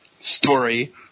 story